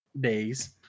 days